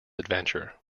adventure